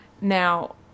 Now